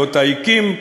שאותה הקים,